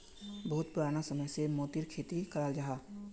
बहुत पुराना समय से मोतिर खेती कराल जाहा